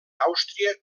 àustria